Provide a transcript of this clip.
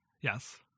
Yes